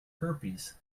herpes